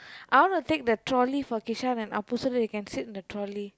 I want to take the trolley for Kishan and Appu so that they can sit in the trolley